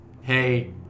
hey